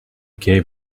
gave